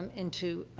um into,